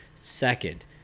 Second